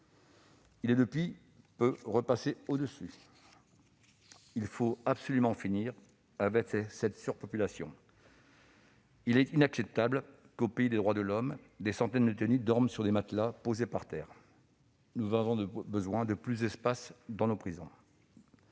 Il est depuis peu repassé au-dessus. Il faut absolument en finir avec ce phénomène, car il est inacceptable qu'au pays des droits de l'homme des centaines de détenus dorment sur des matelas posés par terre. Nous avons besoin de plus de places dans nos prisons